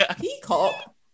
Peacock